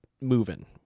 moving